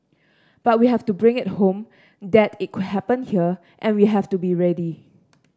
but we have to bring it home that it could happen here and we have to be ready